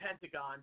Pentagon